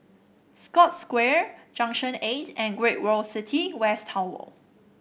Scotts Square Junction Eight and Great World City West Tower